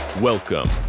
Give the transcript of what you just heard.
Welcome